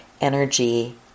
energy